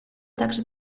также